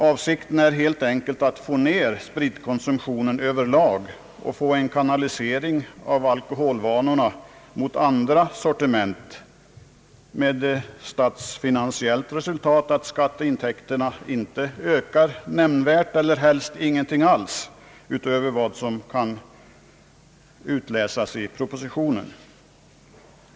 Avsikten är helt enkelt att bringa ned spritkonsumtionen över lag och få en kanalisering av alkoholvanorna mot andra sortiment, med statsfinansiellt resultat att skatteintäkterna inte ökar nämnvärt, eller helst inte alls utöver vad som kan utläsas i propositionen.